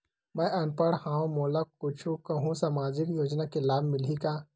मैं अनपढ़ हाव मोला कुछ कहूं सामाजिक योजना के लाभ मिलही का?